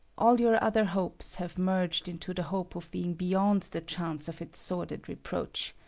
all your other hopes have merged into the hope of being beyond the chance of its sordid reproach.